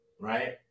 right